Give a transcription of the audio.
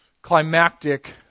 climactic